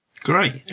Great